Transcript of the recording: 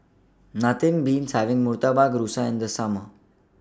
Nothing Beats having Murtabak Rusa in The Summer